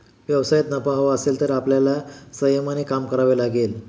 व्यवसायात नफा हवा असेल तर आपल्याला संयमाने काम करावे लागेल